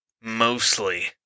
Mostly